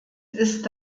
ist